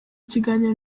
kiganiro